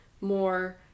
more